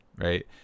right